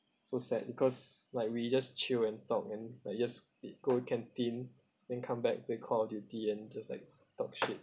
so sad because like we just chill and talk and like you just did go canteen then come back then call duty and just like talk shit